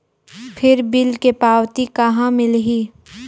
फिर बिल के पावती कहा मिलही?